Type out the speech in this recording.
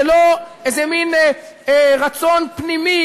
זה לא איזה מין רצון פנימי,